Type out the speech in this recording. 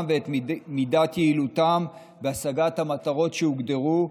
ואת מידת יעילותם בהשגת המטרות שהוגדרו,